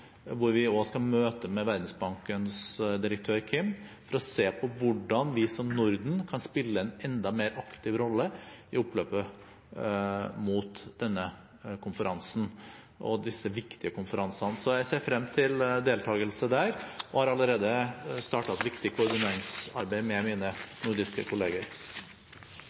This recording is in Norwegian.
hvor vi også skal møte Verdensbankens direktør, Kim, for å se på hvordan vi som Norden kan spille en enda mer aktiv rolle i oppløpet mot denne konferansen og disse viktige konferansene. Så jeg ser frem til deltagelse der og har allerede startet et viktig koordineringsarbeid med mine nordiske kolleger.